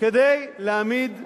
כדי להעמיד אותנו,